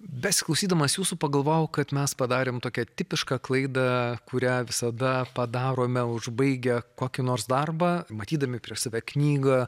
besiklausydamas jūsų pagalvojau kad mes padarėm tokia tipiška klaida kurią visada padarome užbaigę kokį nors darbą matydami prieš save knygą